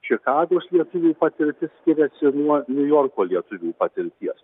čikagos lietuvių patirtis skiriasi nuo niujorko lietuvių patirties